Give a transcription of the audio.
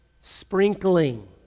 sprinkling